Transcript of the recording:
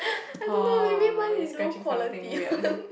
hor you scratching something weird